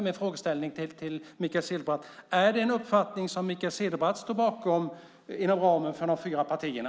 Min fråga till Mikael Cederbratt är: Är det en uppfattning som Mikael Cederbratt står bakom inom ramen för de fyra partierna?